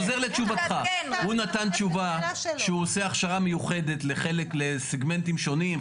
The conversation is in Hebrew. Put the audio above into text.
שהוא עשה הכשרה מיוחדת לסגמנטים שונים,